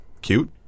cute